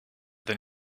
the